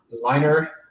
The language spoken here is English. liner